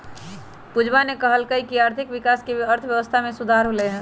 पूजावा ने कहल कई की आर्थिक विकास से अर्थव्यवस्था में सुधार होलय है